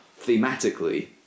thematically